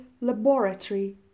laboratory